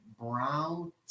Brown